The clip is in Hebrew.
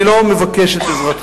אני לא מבקש את עזרתכם,